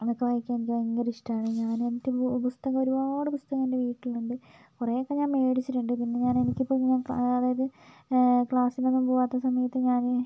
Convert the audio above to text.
അതൊക്കെ വായിക്കാൻ എനിക്ക് ഭയങ്കര ഇഷ്ടമാണ് ഞാൻ എൻ്റെ പുസ്തകം ഒരുപാട് പുസ്തകം എൻ്റെ വീട്ടിലുണ്ട് കുറെയൊക്കെ ഞാൻ മേടിച്ചിട്ടുണ്ട് പിന്നെ ഞാൻ എനിക്കിപ്പോൾ അതായത് ക്ലാസ്സിലൊന്നും പോവാത്ത സമയത്ത് ഞാൻ